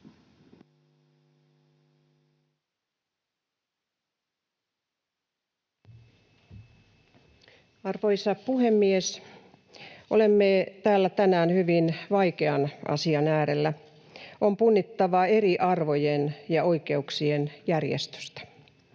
Arvoisa puhemies! Olemme täällä tänään hyvin vaikean asian äärellä. On punnittava eri arvojen ja oikeuksien järjestystä.